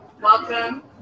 Welcome